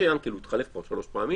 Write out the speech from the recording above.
משה יענקל הוא התחלף כבר שלוש פעמים